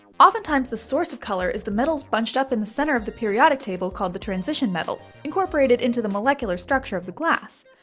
oftentimes the source of color is the metals bunched up in the center of the periodic table called the transition metals, incorporated into the molecular structure of the glass.